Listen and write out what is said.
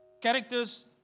characters